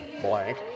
blank